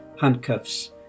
handcuffs